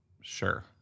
Sure